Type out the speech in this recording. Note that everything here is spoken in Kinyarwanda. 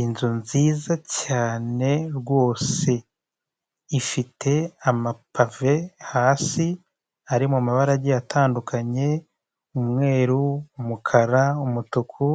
Inzu nziza cyane rwose. Ifite amapave hasi ari mabara agiye atandukanye : umweru, umukara, umutuku,